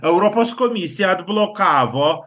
europos komisija atblokavo